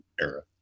era